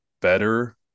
better